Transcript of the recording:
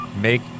make